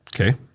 Okay